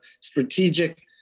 strategic